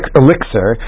elixir